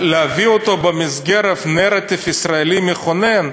אבל להביא אותו במסגרת נרטיב ישראלי מכונן?